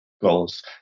goals